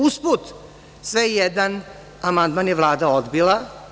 Usput, sve i jedan amandman je Vlada odbila.